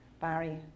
Barry